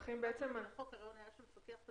לעבוד במחקרים על הקוביד.